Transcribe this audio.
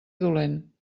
dolent